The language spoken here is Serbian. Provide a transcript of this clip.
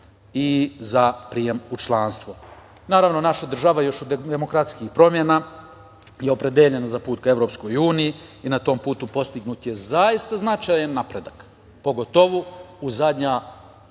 i za prijem u članstvo. Naravno, naša država još od demokratskih promena je opredeljena za put ka EU i na tom putu postignut je zaista značajan napredak, pogotovo u zadnja,